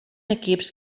equips